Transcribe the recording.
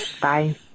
Bye